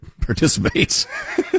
participates